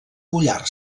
mullar